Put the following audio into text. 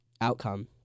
outcome